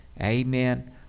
amen